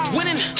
Winning